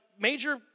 major